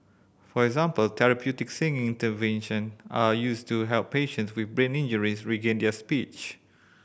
for example therapeutic singing interventions are used to help patients with brain injuries regain their speech